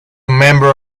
member